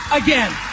again